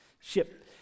Ship